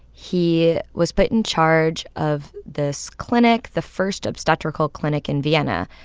he was put in charge of this clinic, the first obstetrical clinic in vienna.